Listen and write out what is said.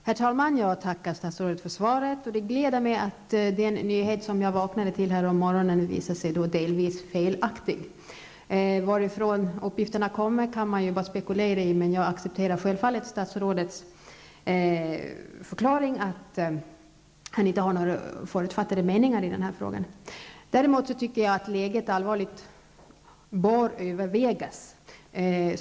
Herr talman! Jag tackar statsrådet för svaret. Det gläder mig att den nyhet som jag vaknade till härom morgonen har visat sig vara delvis felaktig. Varifrån uppgifterna kommer kan man ju spekulera i, men jag accepterar självfallet statsrådets förklaring att han inte har några förutfattade meningar i denna fråga. Däremot är läget allvarligt och bör övervägas.